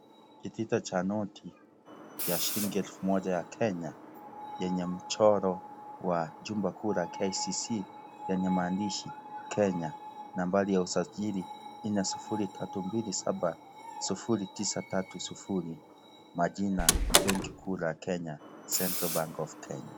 Kitita cha noti ya shilingi elfu moja ya kenya yenye mchoro wa jumba kuu la KICC lenye maandishi kenya .Nambari ya usajili 403270930 na jina benki kuu ya kenya [ cs]central bank of kenya